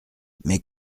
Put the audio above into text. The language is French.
mais